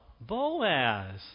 Boaz